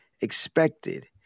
expected